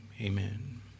Amen